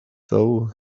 though